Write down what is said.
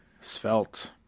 svelte